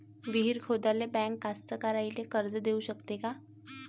विहीर खोदाले बँक कास्तकाराइले कर्ज देऊ शकते का?